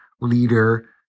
leader